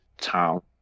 town